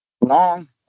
long